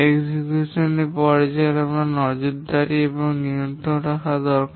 সম্পাদন করার পর্যায়ে আমাদের নজরদারি এবং নিয়ন্ত্রণ করা দরকার